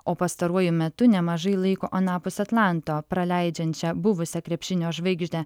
o pastaruoju metu nemažai laiko anapus atlanto praleidžiančią buvusią krepšinio žvaigždę